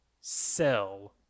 sell